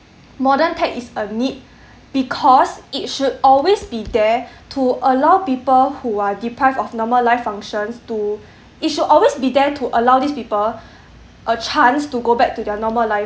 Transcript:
modern tech is a need because it should always be there to allow people who are deprived of normal life functions to it should always be there to allow these people a chance to go back to their normal life